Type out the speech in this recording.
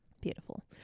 Beautiful